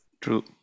true